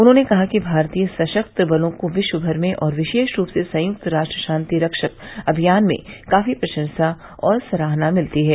उन्होंने कहा कि भारतीय सशस्त्र बलों को विश्वमर में और विशेष रूप से संयुक्त राष्ट्र शांति रक्षक अभियान में काफी प्रशंसा और सराहना मिलती है